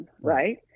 Right